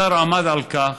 השר עמד על כך,